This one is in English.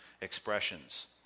expressions